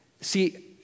See